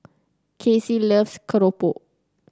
Kacy loves keropok